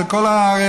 של כל הארץ,